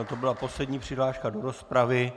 To byla poslední přihláška do rozpravy.